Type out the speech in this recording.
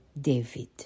David